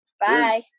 Bye